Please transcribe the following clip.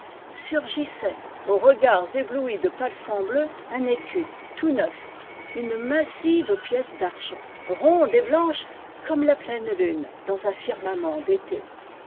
surgissait aux regards éblouis de palsambleu un écu tout neuf une massive pièce d'argent ronde et blanche comme la pleine lune dans un firmament